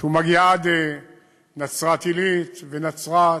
שמגיעה עד נצרת-עילית, ונצרת,